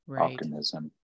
optimism